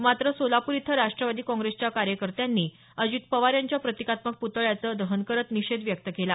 मात्र सोलापूर इथं राष्ट्रवादी काँग्रेसच्या कार्यकर्त्यांनी अजित पवार यांच्या प्रतिकात्मक प्तळ्याचं दहन करत निषेध व्यक्त केला